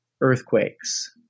earthquakes